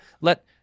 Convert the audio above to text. Let